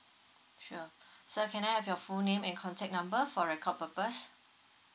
sure so can I have your full name and contact number for record purpose